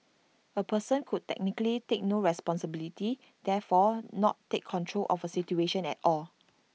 A person could technically take no responsibility therefore not take control of A situation at all